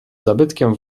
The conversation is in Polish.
zabytkiem